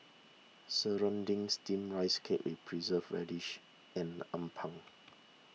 Serunding Steamed Rice Cake with Preserved Radish and Appam